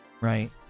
right